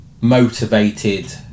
motivated